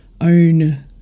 own